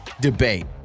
debate